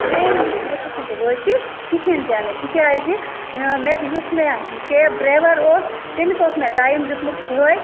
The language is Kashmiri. ٹرٛین نِش تہِ ہیٚژٕس نہٕ بہٕ وٲتِتھ کِہیٖنۍ تہِ نہٕ تِکیٛازِ مےٚ یُس مےٚ کیب ڈرٛایوَر اوس تٔمِس اوس مےٚ ٹایِم دیُتمُت صُبحٲے